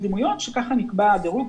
סדרי קדימויות וכך קבע הדירוג,